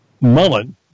Mullen